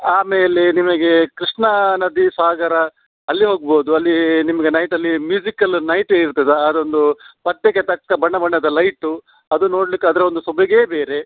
ಆಮೇಲೆ ನಿಮಗೆ ಕೃಷ್ಣಾ ನದಿ ಸಾಗರ ಅಲ್ಲಿ ಹೊಗ್ಬೋದು ಅಲ್ಲಿ ನಿಮಗೆ ನೈಟಲ್ಲಿ ಮ್ಯೂಸಿಕ್ಕೆಲ್ಲ ನೈಟಿಗೆ ಇರ್ತದೆ ಅದೊಂದು ಪಟ್ಟೆಗೆ ತಕ್ಕ ಬಣ್ಣ ಬಣ್ಣದ ಲೈಟು ಅದನ್ನ ನೋಡಲಿಕ್ಕೆ ಅದರ ಒಂದು ಸೊಬಗೇ ಬೇರೆ